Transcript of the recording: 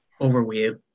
overweight